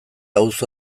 auzo